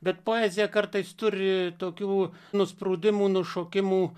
bet poezija kartais turi tokių nusprūdimų nušokimų